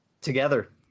Together